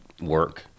work